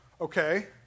okay